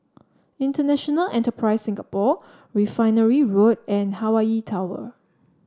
International Enterprise Singapore Refinery Road and Hawaii Tower